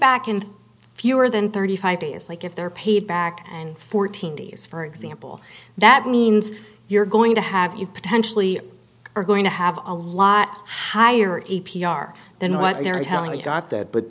back in fewer than thirty five days like if they're paid back and fourteen days for example that means you're going to have you potentially are going to have a lot higher a p r than what they're telling you got that but